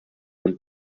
und